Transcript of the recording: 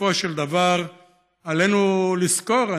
בסופו של דבר עלינו לזכור,